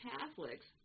Catholics